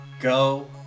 go